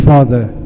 Father